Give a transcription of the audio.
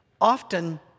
Often